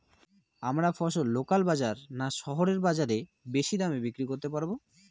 আমরা ফসল লোকাল বাজার না শহরের বাজারে বেশি দামে বিক্রি করতে পারবো?